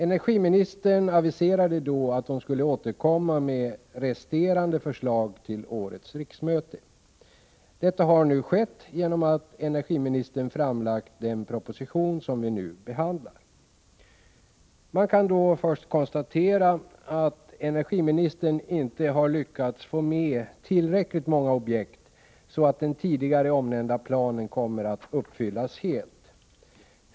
Energiministern aviserade då att hon skulle återkomma med resterande förslag till årets riksmöte. Detta har nu skett genom att energiministern framlagt den proposition som vi nu behandlar. Man kan först konstatera att energiministern inte har lyckats få med tillräckligt många objekt för att den tidigare omnämnda planen skall komma att uppfyllas helt.